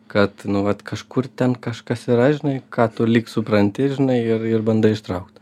kad nu vat kažkur ten kažkas yra žinai ką tu lyg supranti žinai ir ir bandai ištraukt